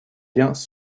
liens